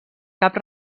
cap